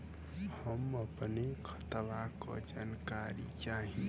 हम अपने खतवा क जानकारी चाही?